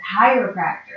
chiropractor